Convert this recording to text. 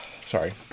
Sorry